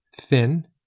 Thin